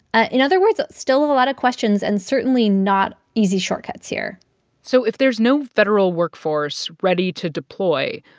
ah in other words, still a lot of questions and certainly not easy shortcuts here so if there's no federal workforce ready to deploy,